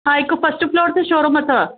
हा हिकु first floor ते शोरूम अथव